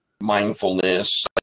mindfulness